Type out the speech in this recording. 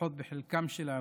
לפחות בחלקן,